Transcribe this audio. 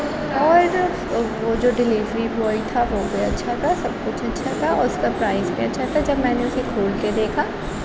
اور وہ جو ڈیلیوری بوائے تھا وہ بھی اچھا تھا سب کچھ اچھا تھا اور اس کا پرائس بھی اچھا تھا جب میں نے اسے کھول کے دیکھا